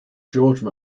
george